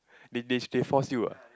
they they they force you ah